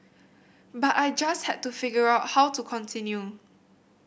but I just had to figure out how to continue